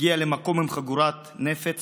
הגיע למקום עם חגורת נפץ